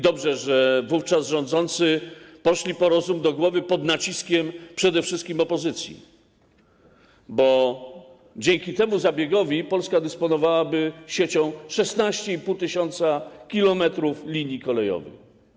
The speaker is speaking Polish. Dobrze, że wówczas rządzący poszli po rozum do głowy pod naciskiem przede wszystkim opozycji, bo dzięki temu zabiegowi Polska dysponowałaby siecią 16,5 tys. km linii kolejowych.